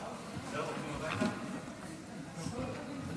ברור, על